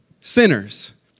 sinners